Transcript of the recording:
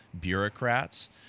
bureaucrats—